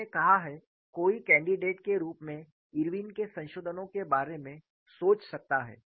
लोगों ने कहा है कोई कैंडिडेट के रूप में इरविन के संशोधनों के बारे में सोच सकता है